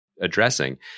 addressing